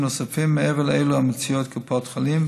נוספים מעבר לאלו שמציעות קופות החולים,